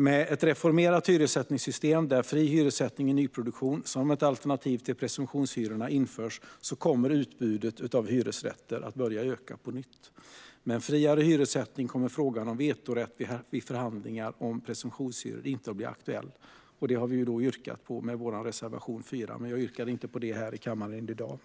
Med ett reformerat hyressättningssystem där fri hyressättning i nyproduktion införs som ett alternativ till presumtionshyror kommer utbudet av hyresrätter att öka på nytt. Med friare hyressättning kommer frågan om vetorätt vid förhandlingar om presumtionshyror inte att bli aktuell. Det har vi yrkat på i vår reservation 4, men jag yrkar inte bifall till den här i dag.